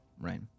right